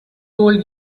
told